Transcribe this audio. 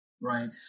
Right